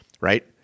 Right